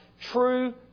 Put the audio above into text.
true